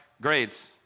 grades